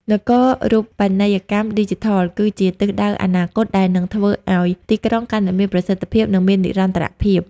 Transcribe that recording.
នគរូបនីយកម្មឌីជីថល គឺជាទិសដៅអនាគតដែលនឹងធ្វើឱ្យទីក្រុងកាន់តែមានប្រសិទ្ធភាព និងមាននិរន្តរភាព។